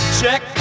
check